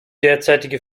derzeitige